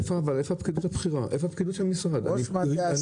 איפה הפקידות של המשרד?